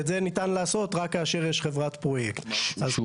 אלא חברה שיש לה פרויקטים --- דרך מניות?